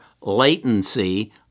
latency